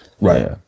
right